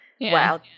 Wow